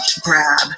grab